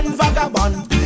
vagabond